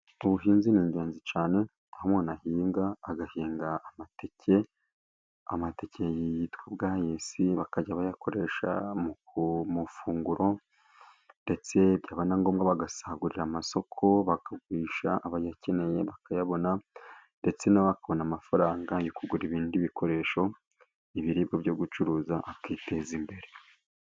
Ubuhinzi ni ingenzi cyane, aho umuntu ahinga, agahinga amateke, amateke yitwa bwayisi, bakajya bayakoresha mu mafunguro, ndetse byaba na ngombwa bagasagurira amasoko, bakagurisha, abayakeneye bakayabona, ndetse nabo bakabona amafaranga, yo kugura ibindi bikoresho, ibiribwa byo gucuruza, akiteza imbere.